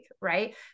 right